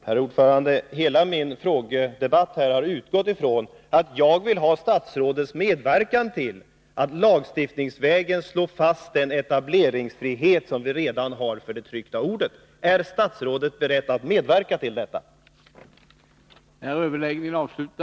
Herr talman! Hela min debatt här har utgått ifrån att jag vill ha statsrådets medverkan till att lagstiftningsvägen slå fast den etableringsfrihet som vi redan har för det tryckta ordet. Är statsrådet beredd medverka till detta?